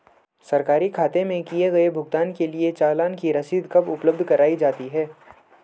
सरकारी खाते में किए गए भुगतान के लिए चालान की रसीद कब उपलब्ध कराईं जाती हैं?